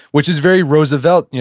which is very roosevelt. yeah